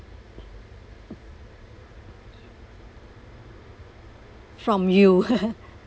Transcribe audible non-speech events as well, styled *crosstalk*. from you *laughs*